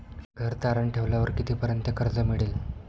घर तारण ठेवल्यावर कितीपर्यंत कर्ज मिळेल?